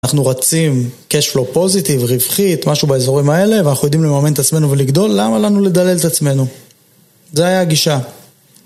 אנחנו רצים cashflow positive, רווחית, משהו באזורים האלה, ואנחנו יודעים לממן את עצמנו ולגדול, למה לנו לדלל את עצמנו? זה היה הגישה.